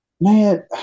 Man